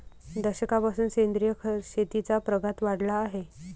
दशकापासून सेंद्रिय शेतीचा प्रघात वाढला आहे